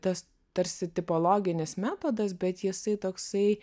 tas tarsi tipologinis metodas bet jisai toksai